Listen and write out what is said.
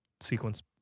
sequence